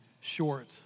short